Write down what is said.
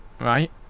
right